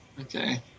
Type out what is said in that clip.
okay